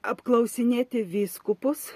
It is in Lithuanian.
apklausinėti vyskupus